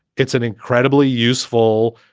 it's an incredibly useful